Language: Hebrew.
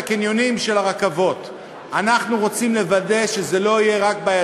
אני רוצה להאמין שכשרוצחים